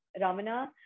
Ramana